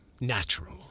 natural